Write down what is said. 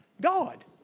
God